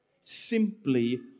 Simply